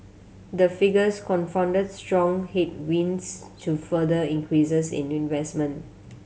the figures confounded strong headwinds to further increases in investment